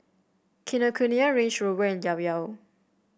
Kinokuniya Range Rover and Llao Llao